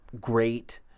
great